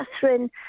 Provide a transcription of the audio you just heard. Catherine